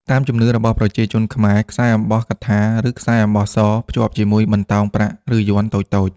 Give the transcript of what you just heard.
តាមជំនឿរបស់ប្រជាជន ខ្សែអំបោះកថា ឬខ្សែអំបោះស ភ្ជាប់ជាមួយបន្តោងប្រាក់ ឬយ័ន្តតូចៗ។